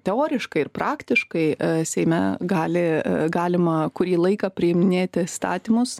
teoriškai ir praktiškai seime gali galima kurį laiką priiminėt įstatymus